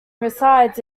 resides